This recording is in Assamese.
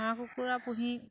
হাঁহ কুকুৰা পুহি